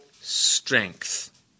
strength